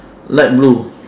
light blue